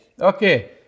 okay